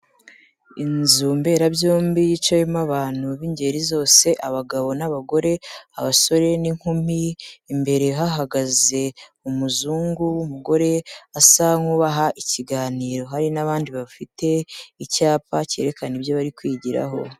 Inzu mberabyombi yicayemo abantu b'ingeri zose, abagabo n'abagore, abasore n'inkumi imbere hahagaze umuzungu w'umugore asa nk'ubaha ikiganiro, hari n'abandi bafite icyapa cyerekana ibyo bari kwigiraho.